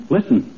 Listen